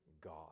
God